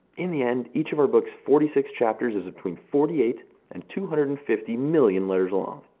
in the end, each of our books' forty six chapters is between forty eight and two hundred and fifty million letters long.